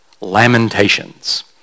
Lamentations